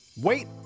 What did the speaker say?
Wait